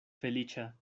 feliĉa